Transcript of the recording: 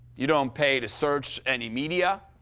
you don't pay to search any media.